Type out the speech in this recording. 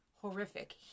horrific